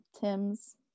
tim's